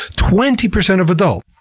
twenty percent of adults!